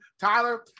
Tyler